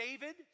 David